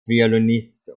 violinist